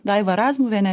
daiva razmuviene